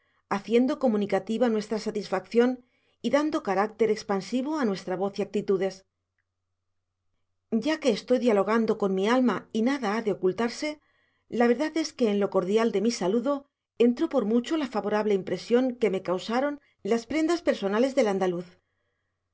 haciendo comunicativa nuestra satisfacción y dando carácter expansivo a nuestra voz y actitudes ya que estoy dialogando con mi alma y nada ha de ocultarse la verdad es que en lo cordial de mi saludo entró por mucho la favorable impresión que me causaron las prendas personales del andaluz